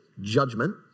judgment